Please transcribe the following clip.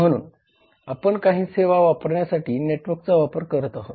म्हणून आपण काही सेवा वापरण्यासाठी नेटवर्कचा वापर करत आहोत